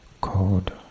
code